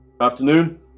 Afternoon